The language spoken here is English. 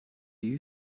you